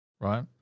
right